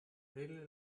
really